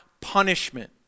punishment